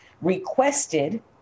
requested